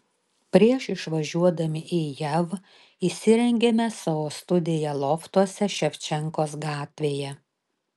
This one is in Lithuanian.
prieš išvažiuodami į jav įsirengėme savo studiją loftuose ševčenkos gatvėje